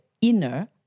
inner